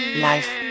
Life